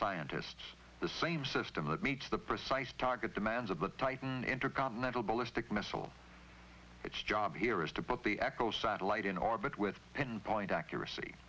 scientists the same system that meets the precise target demands of the titan intercontinental ballistic missile its job here is to put the echo satellite in orbit with pinpoint accuracy